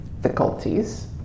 difficulties